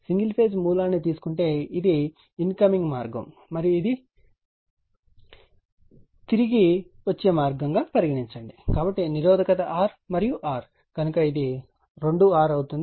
single phase మూలాన్ని తీసుకుంటే ఇది ఇన్కమింగ్ మార్గం మరియు ఇది తిరిగి వచ్చే మార్గం అని పరిగణించండి కాబట్టి నిరోధకత R మరియు R కనుక ఇది 2 R అవుతుంది